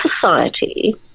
society